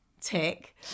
tick